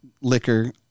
liquor